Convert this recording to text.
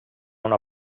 una